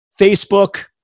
Facebook